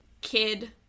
kid